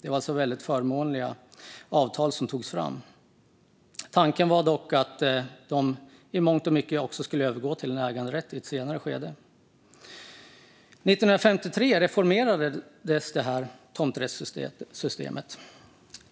Det var alltså väldigt förmånliga avtal som togs fram. Tanken var dock att de i mångt och mycket skulle övergå till en äganderätt i ett senare skede. År 1953 reformerades tomträttssystemet.